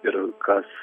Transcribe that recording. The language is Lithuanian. ir kas